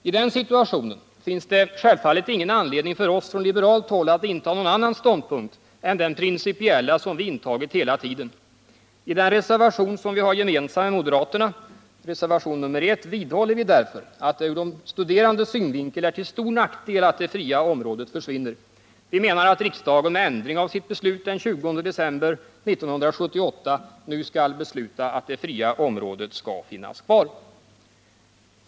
I den situationen finns det självfallet ingen anledning för oss från liberalt håll att inta någon annan ståndpunkt än den principiella som vi intagit hela tiden. I den reservation som vi har gemensam med moderaterna, reservation nr 1, vidhåller vi därför att det ur de studerandes synvinkel är till stor nackdel att det fria området försvinner. Vi menar att riksdagen med ändring av sitt beslut den 20 december 1978 nu skall besluta att det fria området skall finnas kvar.